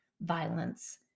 violence